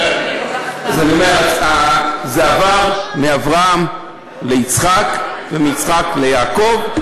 אז אני אומר שזה עבר מאברהם ליצחק ומיצחק ליעקב.